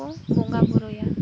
ᱠᱚ ᱵᱚᱸᱜᱟ ᱵᱳᱨᱳᱭᱟ